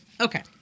Okay